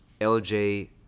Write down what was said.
LJ